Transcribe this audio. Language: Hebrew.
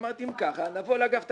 אמרתי: אם ככה, נבוא אל אגף תקציבים.